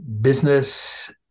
Business